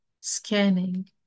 scanning